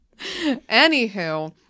Anywho